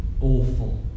awful